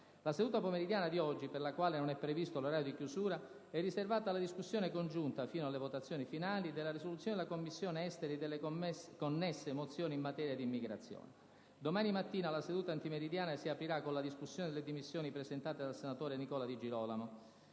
La seduta pomeridiana di oggi, per la quale non è previsto l'orario di chiusura, è riservata alla discussione congiunta - fino alle votazioni finali - della risoluzione della Commissione esteri e delle connesse mozioni in materia di immigrazione. Domani mattina la seduta antimeridiana si aprirà con la discussione delle dimissioni presentate dal senatore Nicola Di Girolamo.